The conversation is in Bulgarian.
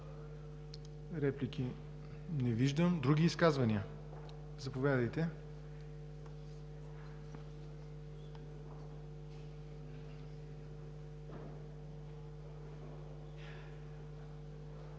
реплики? Не виждам. Други изказвания? Заповядайте.